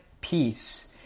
peace